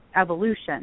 evolution